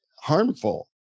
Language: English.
harmful